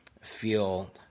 feel